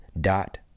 dot